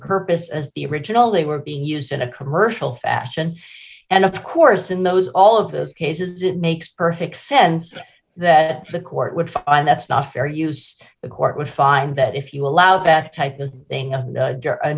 as the original they were being used in a commercial fashion and of course in those all of those cases it makes perfect sense that the court would find that's not fair use the court would find that if you allow that type of thing